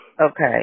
Okay